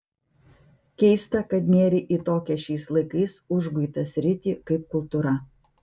keista kad nėrei į tokią šiais laikais užguitą sritį kaip kultūra